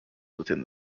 within